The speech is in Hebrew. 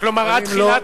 אבל אם לא,